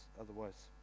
otherwise